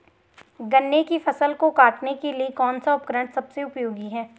गन्ने की फसल को काटने के लिए कौन सा उपकरण सबसे उपयोगी है?